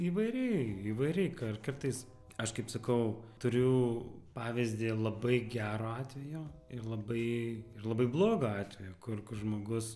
įvairiai įvairiai ir kartais aš kaip sakau turiu pavyzdį labai gero atvejo ir labai labai blogo atvejo kur žmogus